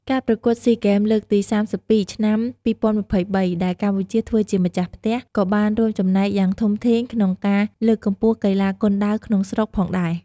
ការប្រកួតស៊ីហ្គេម លើកទី៣២ ឆ្នាំ២០២៣ ដែលកម្ពុជាធ្វើជាម្ចាស់ផ្ទះ ក៏បានរួមចំណែកយ៉ាងធំធេងក្នុងការលើកកម្ពស់កីឡាគុនដាវក្នុងស្រុកផងដែរ។